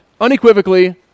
unequivocally